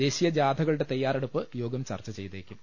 ദേശീയ ജാഥകളുടെ തയ്യാറെടുപ്പ് യോഗം ചർച്ചചെയ്തേക്കും